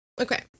Okay